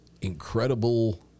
incredible